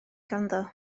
ganddo